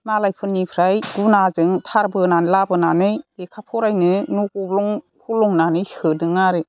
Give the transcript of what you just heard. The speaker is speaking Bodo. मालायफोरनिफ्राय गुनाजों थार बोनानै लाबोनानै फरायनो न' गब्लं फलंनानै सोदों आरो